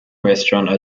restaurant